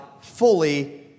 fully